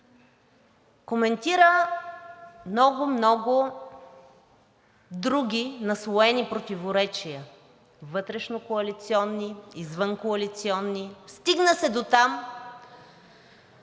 коментира много, много други наслоени противоречия – вътрешнокоалиционни, извънкоалиционни. Стигна се дотам